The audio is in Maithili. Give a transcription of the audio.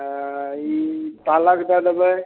हँ ई पालक दै देबै